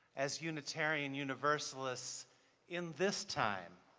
as unitarian universalists in this time